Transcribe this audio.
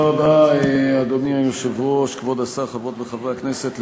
(תיקוני חקיקה), התשע"ה 2014,